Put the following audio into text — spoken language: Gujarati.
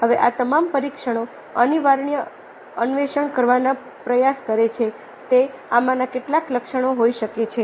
હવે આ તમામ પરીક્ષણો અનિવાર્યપણે અન્વેષણ કરવાનો પ્રયાસ કરે છે તે આમાંના કેટલાક લક્ષણો હોઈ શકે છે